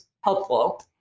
helpful